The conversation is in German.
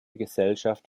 gesellschaft